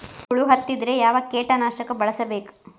ಹುಳು ಹತ್ತಿದ್ರೆ ಯಾವ ಕೇಟನಾಶಕ ಬಳಸಬೇಕ?